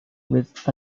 with